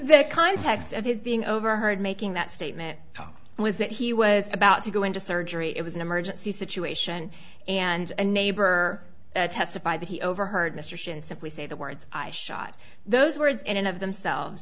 the context of his being overheard making that statement was that he was about to go into surgery it was an emergency situation and a neighbor testified that he overheard mr shinde simply say the words i shot those words in and of themselves